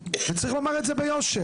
וצריך לומר את זה ביושר.